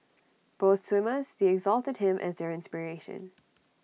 both swimmers they exalted him as their inspiration